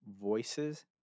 voices